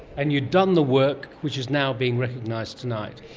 and you'd done the work which is now being recognised tonight.